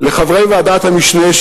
לחברי ועדת המשנה,